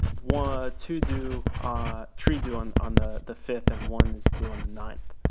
one two due ah three due on on the the five and one that's due on the nine